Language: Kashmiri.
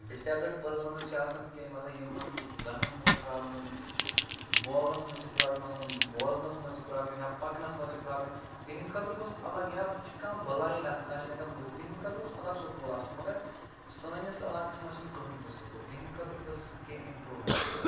ڈِساٮ۪بلٕڈ پٔرسَنٕز چھِ آسان کیٚنٛہہ مطلب یِمَن زَنگَن چھِ آسان پرٛابلِم بولنَس منٛز چھِ پرٛابلِم آسن بوزنَس منٛزچھِ پرٛابلِم یا پَکنس منٛز پرٛابلِم تِہنٛد خٲطرٕ گوٚژھ الگ یا وٕ کانہہ بلایِنٛڈ آسان کانٛہہ چھِنہٕ ہٮ۪کان بہٕ تِہنٛدِ خٲطرٕ گوٚژھ الگ سُکوٗل آسُن مگر سٲنِس علاقَس منٛز چھِنہٕ کٕہٕنۍ تہِ سُکوٗل تِہنٛد خٲطرٕ گوٚژھ کیٚنٛہہ اِمپروٗمٮ۪نٛٹن یِنۍ کَرُن